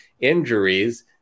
injuries